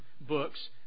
books